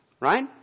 Right